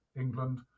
England